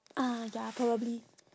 ah ya probably